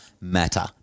matter